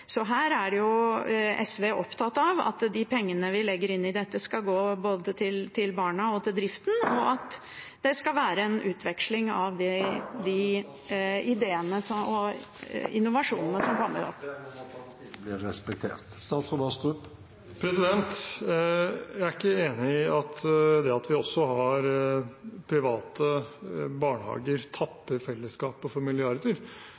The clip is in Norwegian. SV opptatt av at de pengene vi legger inn i dette, skal gå både til barna og til driften, og at det skal være en utveksling av de ideene og innovasjon …. Jeg ber om at taletiden blir respektert. Jeg er ikke enig i at det at vi også har private barnehager, tapper fellesskapet for milliarder.